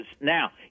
now